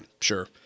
Sure